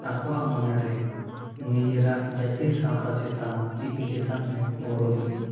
ᱟᱠᱚᱣᱟᱜ ᱢᱚᱱᱮᱨᱮ ᱱᱤᱡᱮᱨᱟᱜ ᱡᱟᱹᱛᱤ ᱥᱟᱶᱛᱟ ᱪᱮᱛᱟᱱ ᱪᱤᱠᱤ ᱪᱮᱛᱟᱱ ᱨᱮ ᱜᱚᱨᱚᱡᱽ ᱫᱩᱣᱟᱹᱲ